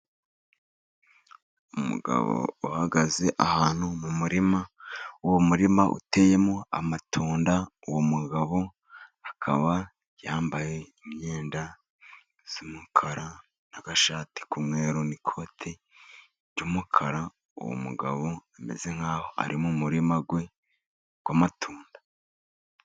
Umugabo uhagaze ahantu mu murima. Uwo murima uteyemo amatunda. Uwo mugabo akaba yambaye imyenda y'umukara, n'agashati k'umweru, n'ikoti ry'umukara. Uwo mugabo ameze nk'aho ari mu murima we w'amatunda.